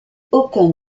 aucun